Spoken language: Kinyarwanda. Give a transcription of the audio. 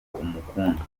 umukunda